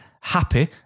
happy